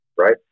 right